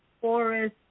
forest